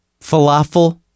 falafel